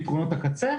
פתרונות הקצה.